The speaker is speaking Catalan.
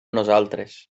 nosaltres